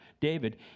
David